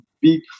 big